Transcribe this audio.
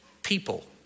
People